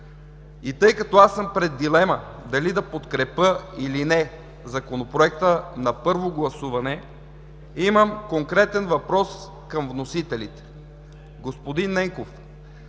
И тъй като аз съм пред дилема, дали да подкрепя или не Законопроекта на първо гласуване, имам конкретен въпрос към вносителите: господин Ненков,